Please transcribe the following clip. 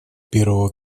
первого